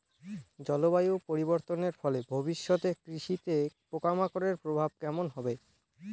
জলবায়ু পরিবর্তনের ফলে ভবিষ্যতে কৃষিতে পোকামাকড়ের প্রভাব কেমন হবে?